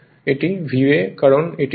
এটি VA কারণ এটি V1 I1 V2 I2